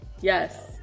Yes